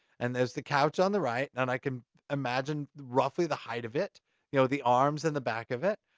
and there's the couch on the right, and i can imagine roughly the height of it, you know, the arms and the back of it.